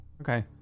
Okay